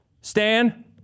Stan